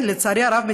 לצערי הרב,